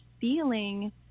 feeling